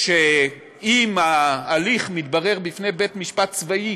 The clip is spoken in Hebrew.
שבו אם ההליך מתברר בפני בית משפט צבאי